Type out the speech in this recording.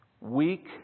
weak